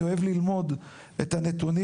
אני אוהב ללמוד את הנתונים.